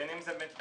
בין אם זה ---,